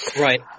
right